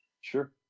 Sure